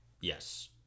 Yes